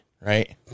right